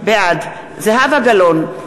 בעד זהבה גלאון,